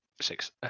six